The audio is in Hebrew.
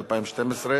ללא מתנגדים וללא נמנעים,